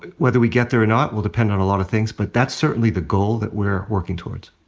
whether we get there or not will depend on a lot of things. but that's certainly the goal that we're working towards.